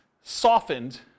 softened